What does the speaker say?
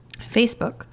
Facebook